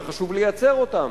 וחשוב לייצר אותם.